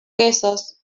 quesos